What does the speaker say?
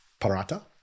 Parata